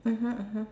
mmhmm mmhmm